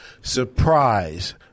Surprise